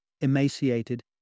emaciated